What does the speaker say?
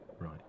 Right